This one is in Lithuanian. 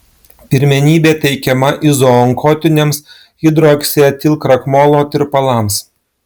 pirmenybė teikiama izoonkotiniams hidroksietilkrakmolo tirpalams